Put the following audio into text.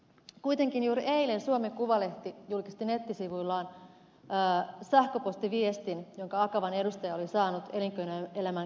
kuitenkin juuri eilen suomen kuvalehti julkisti nettisivuillaan sähköpostiviestin jonka akavan edustaja oli saanut elinkeinoelämän keskusliitolta